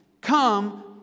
come